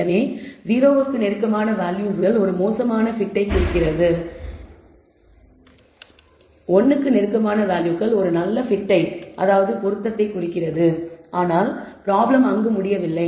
எனவே 0 க்கு நெருக்கமான வேல்யூஸ்கள் ஒரு மோசமான fit ஐக் குறிக்கின்றன 1 க்கு நெருக்கமான வேல்யூகள் ஒரு நல்ல fit ஐக் குறிக்கின்றன ஆனால் ப்ராப்ளம் அங்கு முடிவதில்லை